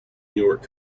york